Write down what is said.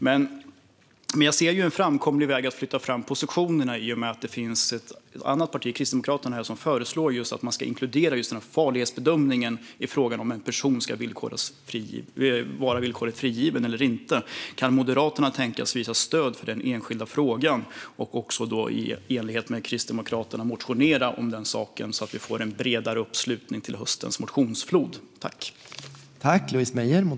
Men jag ser en framkomlig väg att flytta fram positionerna i och med att det finns ett annat parti, Kristdemokraterna, som föreslår att farlighetsbedömning ska inkluderas i frågan om en person ska vara villkorligt frigiven eller inte. Kan Moderaterna tänka sig att visa stöd för denna enskilda fråga och i enlighet med Kristdemokraterna motionera om den saken, så att vi får en bredare uppslutning till höstens motionsflod?